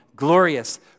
glorious